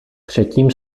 třetím